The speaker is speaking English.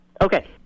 Okay